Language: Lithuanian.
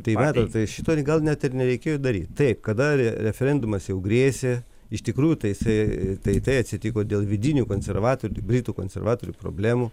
tai matot tai šito gal net ir nereikėjo daryt taip kada referendumas jau grėsė iš tikrųjų tai jisai tai tai atsitiko dėl vidinių konservatorių britų konservatorių problemų